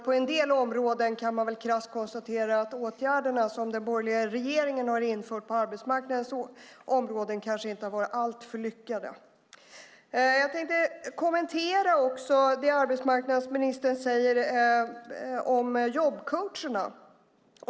På en del områden kan man krasst konstatera att åtgärderna som den borgerliga regeringen har vidtagit på arbetsmarknadens områden kanske inte har varit alltför lyckade. Jag tänkte också kommentera det som arbetsmarknadsministern säger om jobbcoacherna.